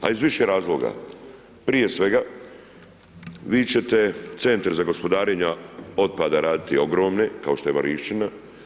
A iz više razloga, prije svega, vi ćete centre za gospodarenje otpadom raditi ogromne, kao što je Marišćina.